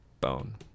Bone